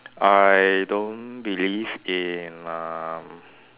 I don't believe in uh